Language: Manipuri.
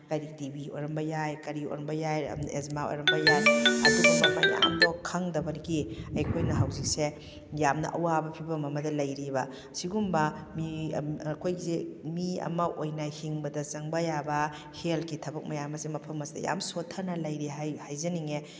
ꯍꯥꯏꯗꯤ ꯇꯤꯕꯤ ꯑꯣꯏꯔꯝꯕ ꯌꯥꯏ ꯀꯔꯤ ꯑꯣꯏꯔꯝꯕ ꯑꯃꯗꯤ ꯑꯦꯖꯃꯥ ꯑꯣꯏꯔꯃꯕ ꯌꯥꯏ ꯑꯗꯨꯒꯨꯝꯕ ꯃꯌꯥꯝꯗꯣ ꯈꯪꯗꯕꯒꯤ ꯑꯩꯈꯣꯏꯅ ꯍꯧꯖꯤꯛꯁꯦ ꯌꯥꯝꯅ ꯑꯋꯥꯕ ꯐꯤꯕꯝ ꯑꯃꯗ ꯂꯩꯔꯤꯕ ꯁꯤꯒꯨꯝꯕ ꯃꯤ ꯑꯩꯈꯣꯏꯒꯤꯁꯦ ꯃꯤ ꯑꯃ ꯑꯣꯏꯅ ꯍꯤꯡꯕꯗ ꯆꯪꯕ ꯌꯥꯕ ꯍꯦꯜꯠꯀꯤ ꯊꯕꯛ ꯃꯌꯥꯝ ꯑꯁꯦ ꯃꯐꯝ ꯑꯁꯤꯗ ꯌꯥꯝ ꯁꯣꯊꯅ ꯂꯩꯔꯤ ꯍꯥꯏꯖꯅꯤꯡꯉꯦ